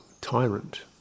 tyrant